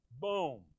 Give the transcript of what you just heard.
boom